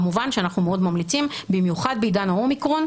כמובן שאנחנו מאוד ממליצים במיוחד בעידן האומיקרון,